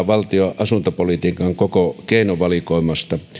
valtion asuntopolitiikan koko keinovalikoimasta